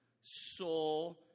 soul